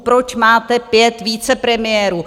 Proč máte 5 vicepremiérů!